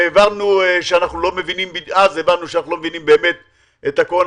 והבנו שאנחנו לא מבינים באמת את הכול.